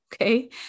okay